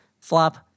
flop